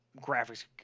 graphics